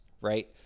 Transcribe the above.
right